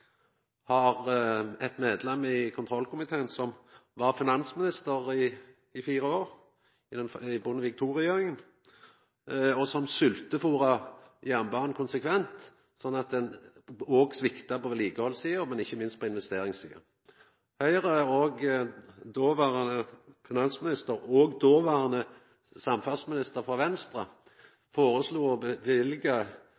har ein medlem i kontrollkomiteen som var finansminister i fire år, i Bondevik II-regjeringa, og som sveltefôra jernbanen konsekvent, som svikta på vedlikehaldssida, men ikkje minst på investeringssida. Høgre og dåverande finansminister og dåverande samferdselsmininister frå